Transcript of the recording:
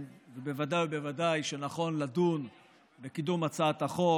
בוודאי שנכון לדון בקידום הצעת החוק